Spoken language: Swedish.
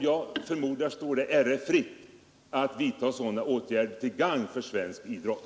Jag förmodar att det skulle stå RF fritt att vidta sådana åtgärder till gagn för svensk idrott.